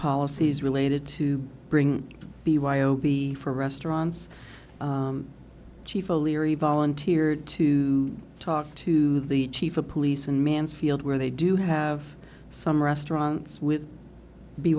policies related to bring the y o b for restaurants chief o'leary volunteered to talk to the chief of police in mansfield where they do have some restaurants with b